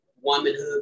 womanhood